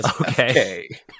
okay